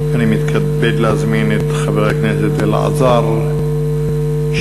אני מתכבד להזמין את חבר הכנסת אלעזר שטרן.